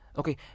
okay